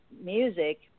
music